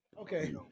Okay